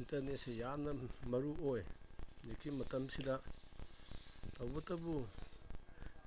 ꯏꯟꯇꯔꯅꯦꯠꯁꯦ ꯌꯥꯝꯅ ꯃꯔꯨ ꯑꯣꯏ ꯍꯧꯖꯤꯛꯀꯤ ꯃꯇꯝꯁꯤꯗ ꯇꯧꯕꯇꯕꯨ